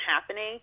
happening